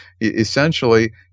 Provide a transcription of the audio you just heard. essentially